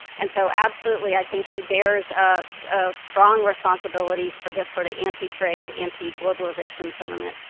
and so absolutely i think he bears ah ah strong responsibilities for this sort of antitrade, anti-globalization sentiment.